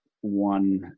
one